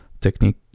technique